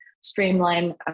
streamline